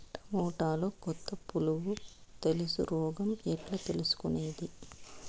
టమోటాలో కొత్త పులుగు తెలుసు రోగం ఎట్లా తెలుసుకునేది?